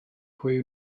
pwy